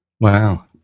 Wow